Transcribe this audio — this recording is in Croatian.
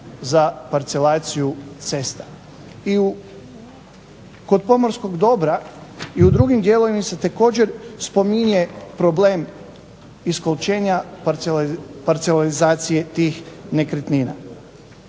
za parcelaciju cesta. I kod pomorskog dobra i u drugim dijelovima se također spominje iskolčenja parcelarizacije tih nekretnina.